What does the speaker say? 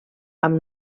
amb